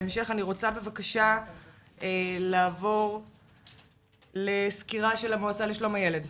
אני רוצה בבקשה לעבור לסקירה של המועצה לשלום הילד.